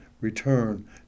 return